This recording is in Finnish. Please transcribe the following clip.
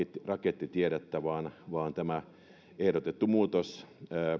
rakettitiedettä vaan vaan tämä ehdotettu muutos